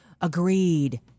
Agreed